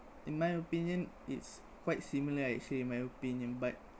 in my opinion it's quite similar I say my opinion but